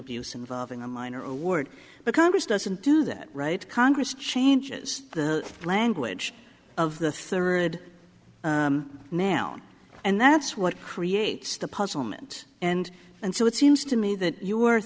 abuse involving a minor award but congress doesn't do that right congress changes the language of the third noun and that's what creates the puzzlement and and so it seems to me that you